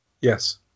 Yes